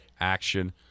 action